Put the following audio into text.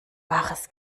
wahres